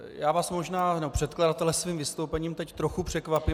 Já vás možná, nebo předkladatele, svým vystoupením teď trochu překvapím.